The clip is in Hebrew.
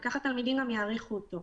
וכך התלמידים יעריכו אותו.